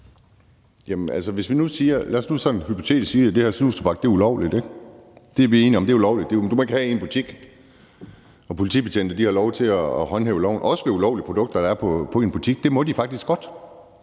Lad os nu sådan hypotetisk sige, at det her snustobak er ulovligt. Vi er enige om, at det er ulovligt. Du må ikke have det i en butik. Og politibetjente har lov til at håndhæve loven, også ved ulovlige produkter, der er i en butik. Det må de faktisk godt,